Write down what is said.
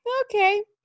okay